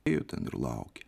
ėjo ten ir laukė